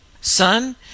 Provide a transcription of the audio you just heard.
Son